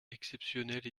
exceptionnelle